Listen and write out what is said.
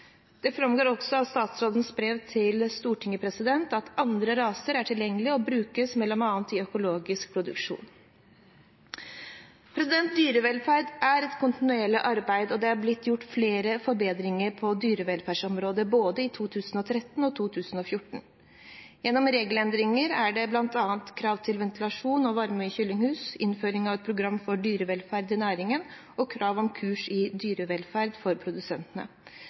Det framgår også av statsrådens brev til Stortinget at andre raser er tilgjengelig og brukes bl.a. i økologisk produksjon. Dyrevelferd er et kontinuerlig arbeid, og det er blitt gjort flere forbedringer på dyrevelferdsområdet i både 2013 og 2014. Gjennom regelendringer er det bl.a. krav til ventilasjon og varme i kyllinghus, innføring av et program for dyrevelferd i næringen og krav om kurs i dyrevelferd for produsentene.